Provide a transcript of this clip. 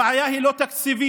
הבעיה היא לא תקציבית,